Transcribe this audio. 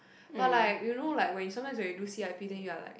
but like you know like when sometimes when you do c_i_p then you are like